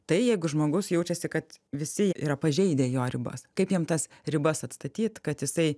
tai jeigu žmogus jaučiasi kad visi yra pažeidę jo ribas kaip jam tas ribas atstatyt kad jisai